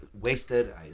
wasted